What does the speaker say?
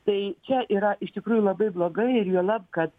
tai čia yra iš tikrųjų labai blogai ir juolab kad